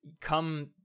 come